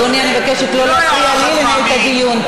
אדוני, אני מבקשת לא להפריע לי לנהל את הדיון.